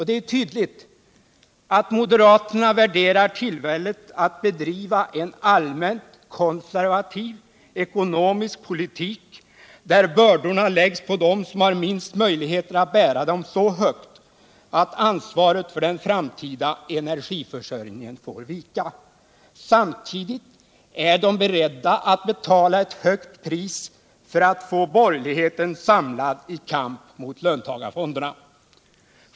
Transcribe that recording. Det är tydligt att moderaterna värderar tillfället att bedriva en allmänt konservativ ekonomisk politik, där bördorna läggs på dem som har minst möjligheter att bära dem, så högt att ansvaret för den framtida energiförsörjningen får vika. Samtidigt är de beredda att betala ett högt pris för att få borgerligheten samlad i kamp mot löntagarfonderna.